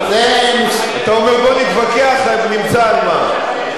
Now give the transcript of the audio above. בוא נתווכח, נמצא על מה.